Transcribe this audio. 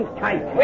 tight